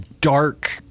dark